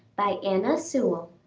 by anna sewell